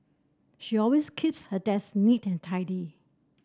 she always keeps her desk neat and tidy